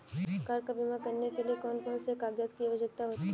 Car का बीमा करने के लिए कौन कौन से कागजात की आवश्यकता होती है?